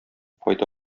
файда